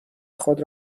خود